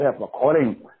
according